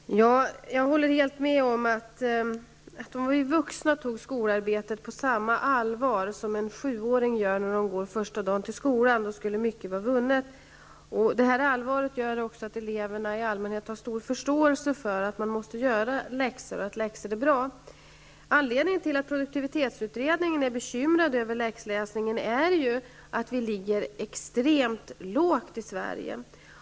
Fru talman! Jag håller helt med om att om vi vuxna tog skolarbetet på samma allvar som sjuåringarna gör när de första dagen går till skolan skulle mycket vara vunnet. Detta allvar gör också att eleverna i allmänhet har stor förståelse för att de måste göra läxor och att läxor är bra. Anledningen till att produktivitetsutredningen är bekymrad över läxläsningen är ju att vi i Sverige ligger extremt dåligt till när det gäller tiden för läxläsning.